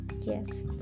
Yes